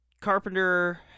Carpenter